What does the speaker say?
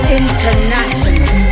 international